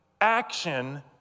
action